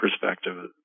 perspective